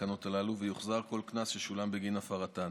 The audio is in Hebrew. מהתקנות הללו ויוחזר כל קנס ששולם בגין הפרתן.